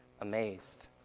amazed